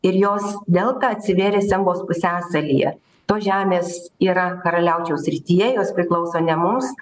ir jos delta atsivėrė sembos pusiasalyje tos žemės yra karaliaučiaus srityje jos priklauso ne mums